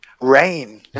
rain